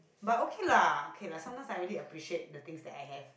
but okay lah okay lah sometimes I really appreciate the things that I have